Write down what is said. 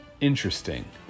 interesting